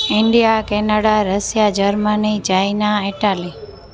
India Canada Russia Germany China Italy